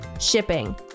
shipping